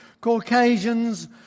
Caucasians